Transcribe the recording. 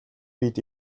биед